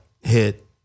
hit